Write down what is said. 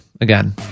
again